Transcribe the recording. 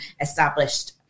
established